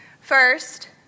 first